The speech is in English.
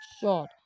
short